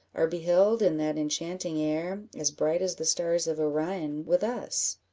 are beheld in that enchanting air as bright as the stars of orion with us.